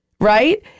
right